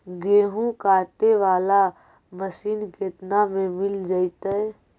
गेहूं काटे बाला मशीन केतना में मिल जइतै?